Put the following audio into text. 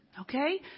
Okay